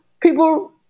people